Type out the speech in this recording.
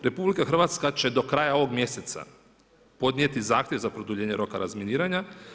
RH će do kraja ovog mjeseca podnijeti zahtjev za produljenje roka razminiranja.